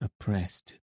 oppressed